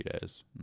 days